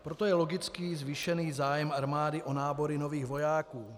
Proto je logický zvýšený zájem armády o nábory nových vojáků.